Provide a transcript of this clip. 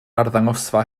arddangosfa